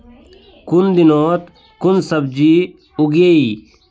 कुन दिनोत कुन सब्जी उगेई?